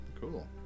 Cool